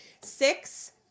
six